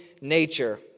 nature